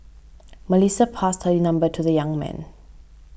Melissa passed her number to the young man